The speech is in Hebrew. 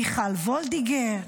מיכל וולדיגר: